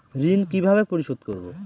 ঋণ কিভাবে পরিশোধ করব?